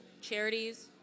charities